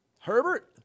Herbert